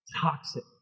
toxic